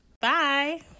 Bye